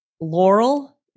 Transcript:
laurel